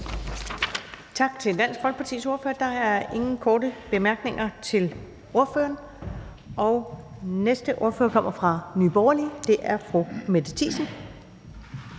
Tak til Dansk Folkepartis ordfører. Der er ingen korte bemærkninger til ordføreren. Og næste ordfører kommer fra Nye Borgerlige, og det er fru Mette Thiesen.